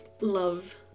love